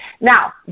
Now